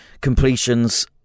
completions